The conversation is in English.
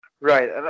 Right